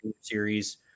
series